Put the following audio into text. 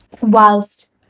whilst